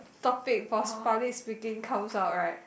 topic for public speaking comes out right